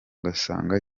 ngasanga